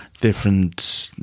different